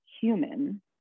human